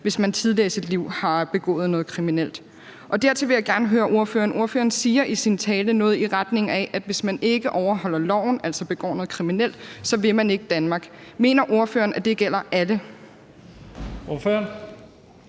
hvis man tidligere i sit liv har begået noget kriminelt? Dertil vil jeg gerne høre ordføreren om noget. Ordføreren siger i sin tale noget i retning af, at hvis man ikke overholder loven, altså begår noget kriminelt, så vil man ikke Danmark. Mener ordføreren, at det gælder alle? Kl.